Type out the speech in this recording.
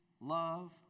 love